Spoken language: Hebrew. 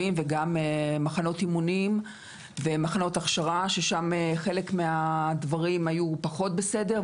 מחנות אימונים ומחנות הכשרה ששם חלק מהדברים היו פחות בסדר,